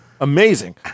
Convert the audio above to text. Amazing